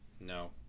No